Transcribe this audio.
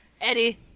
Eddie